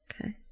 okay